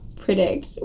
predict